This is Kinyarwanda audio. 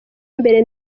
imbere